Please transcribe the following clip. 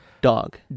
Dog